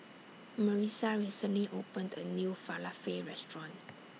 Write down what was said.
Marissa recently opened A New Falafel Restaurant